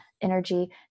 energy